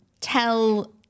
tell